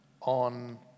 on